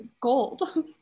gold